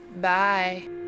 Bye